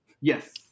yes